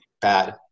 bad